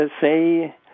say